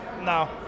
No